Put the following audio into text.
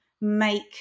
make